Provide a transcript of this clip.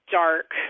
dark